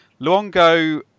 Luongo